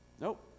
Nope